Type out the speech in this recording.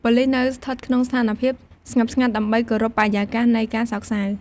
ប៉ូលិសនៅស្ថិតក្នុងស្ថានភាពស្ងប់ស្ងាត់់ ដើម្បីគោរពបរិយាកាសនៃការសោកសៅ។